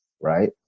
right